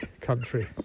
country